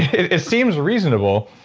it seems reasonable.